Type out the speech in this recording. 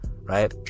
Right